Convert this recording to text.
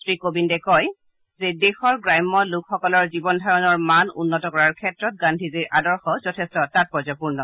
শ্ৰী কোবিন্দে কয় যে দেশৰ গ্ৰাম্য লোকসকলক জীৱন ধাৰণৰ মান উন্নত কৰাৰ ক্ষেত্ৰত গান্ধীজীৰ আদৰ্শ যথেষ্ট তাৎপৰ্যপূৰ্ণ